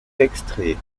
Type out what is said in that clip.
extrait